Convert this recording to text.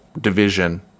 division